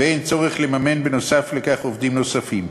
ואין צורך לממן נוסף על כך עובדים נוספים.